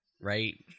right